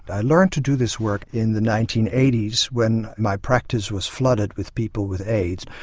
i learned to do this work in the nineteen eighty s when my practice was flooded with people with aids,